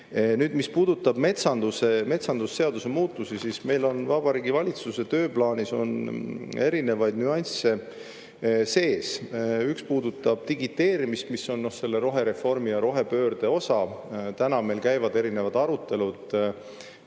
Nüüd, mis puudutab metsandusseaduse muutusi, siis meil on Vabariigi Valitsuse tööplaanis erinevaid nüansse sees. Üks puudutab digiteerimist, mis on rohereformi ja rohepöörde osa. Meil käivad praegu arutelud